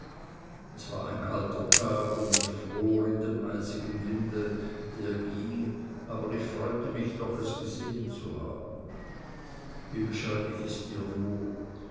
es war ein kalter tag und mich fror in dem eisigen winde der ging aber ich freue mich doch es gesehen zu haben wie beschreib ich es dir nur